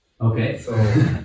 Okay